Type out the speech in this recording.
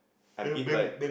I'm hit right